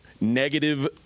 Negative